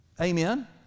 amen